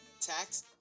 tax